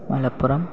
Malappuram